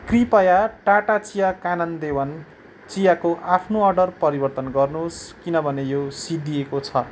कृपया टाटा चिया कानन देवन चियाको आफ्नो अर्डर परिवर्तन गर्नुहोस् किनभने यो सिद्धिएको छ